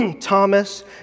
Thomas